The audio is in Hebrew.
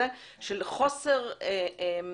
לצערי הרב,